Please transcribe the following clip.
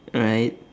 alright